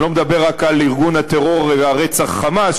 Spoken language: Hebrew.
אני לא מדבר רק על ארגון הטרור והרצח "חמאס",